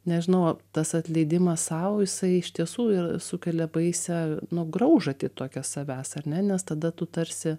nežinau tas atleidimas sau jisai iš tiesų ir sukelia baisią nu graužatį tokią savęs ar ne nes tada tu tarsi